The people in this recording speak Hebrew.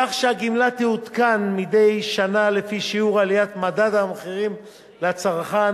כך שהגמלה תעודכן מדי שנה לפי שיעור עליית מדד המחירים לצרכן,